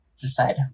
decide